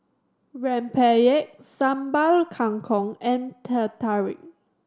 rempeyek Sambal Kangkong and Teh Tarik